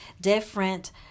different